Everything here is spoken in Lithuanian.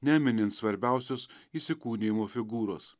neminint svarbiausios įsikūnijimo figūros